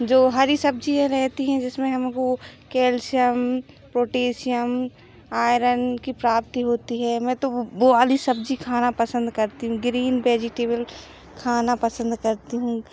जो हरी सबब्ज़िएं रहती हैं जिसमें हमको कैल्शियम पोटेशियम आयरन की प्राप्ति होती है मैं तो वह वाली सब्ज़ी खाना पसंद करती हूँ ग्रीन बेजीटेबल खाना पसंद करती हूँ